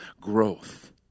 growth